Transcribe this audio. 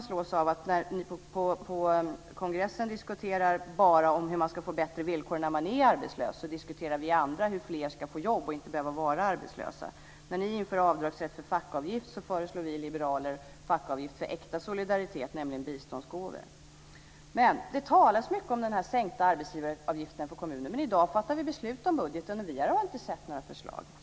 När ni på kongressen bara diskuterar hur man ska få bättre villkor när man är arbetslös diskuterar vi andra hur fler ska få jobb och inte behöva vara arbetslösa. När ni inför avdragsrätt för fackavgift föreslår vi liberaler fackavgift för äkta solidaritet, nämligen biståndsgåvor. Det talas mycket om den sänkta arbetsgivaravgiften för kommunerna, men i dag fattar vi beslut om budgeten, och vi har inte sett några förslag.